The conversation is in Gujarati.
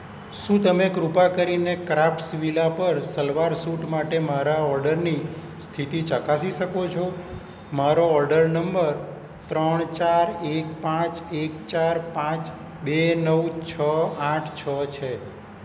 શું તમે કૃપા કરીને ક્રાફ્ટ્સવિલા પર સલવાર સૂટ માટે મારા ઓર્ડરની સ્થિતિ ચકાસી શકો છો મારો ઓર્ડર નંબર ત્રણ ચાર એક પાંચ એક ચાર પાંચ બે નવ છ આઠ છ છે